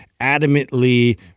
adamantly